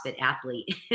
athlete